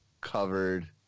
covered